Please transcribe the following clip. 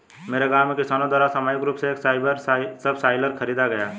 मेरे गांव में किसानो द्वारा सामूहिक रूप से एक सबसॉइलर खरीदा गया